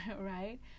right